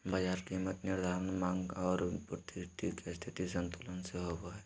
बाजार कीमत निर्धारण माँग और पूर्ति के स्थायी संतुलन से होबो हइ